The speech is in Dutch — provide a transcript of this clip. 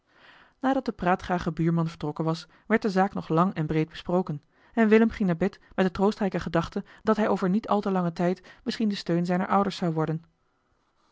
nadat de praatgrage buurman vertrokken was werd de zaak nog lang en breed besproken en willem ging naar bed met de troostrijke gedachte dat hij over niet al te langen tijd misschien de steun zijner ouders zou worden